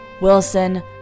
Wilson